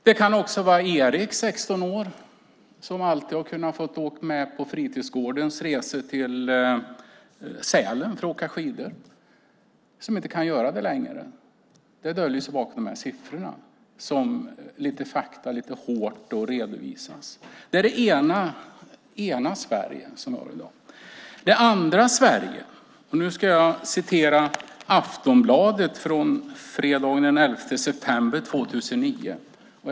Det kan vara Erik, 16 år, som alltid har kunnat få åka med på fritidsgårdens resor till Sälen för att åka skidor och inte kan göra det längre. Det döljer sig bakom de siffror som redovisas lite hårt. Det är det ena Sverige. Sedan har vi det andra Sverige. Jag ska citera ur Aftonbladet fredagen den 11 september 2009.